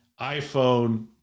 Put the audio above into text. iPhone